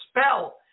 spell